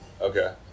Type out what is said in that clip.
Okay